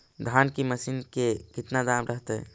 धान की मशीन के कितना दाम रहतय?